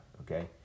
okay